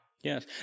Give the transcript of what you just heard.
yes